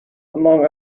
among